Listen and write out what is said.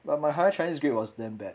but my higher chinese grade was damn bad